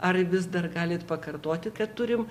ar vis dar galit pakartoti kad turim